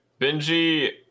Benji